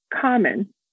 common